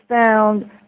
found